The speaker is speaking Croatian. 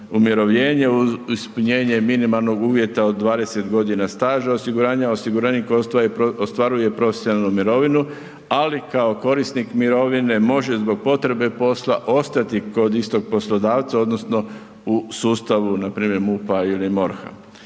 umirovljenje uz ispunjenje minimalnog uvjeta od 20 godina staža osiguranja osiguranik ostvaruje profesionalnu mirovinu ali kao korisnik mirovine može zbog potrebe posla ostati kod istog poslodavca odnosno u sustavu npr. MUP-a ili MORH-a